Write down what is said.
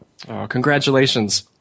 Congratulations